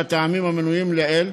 מהטעמים המנויים לעיל,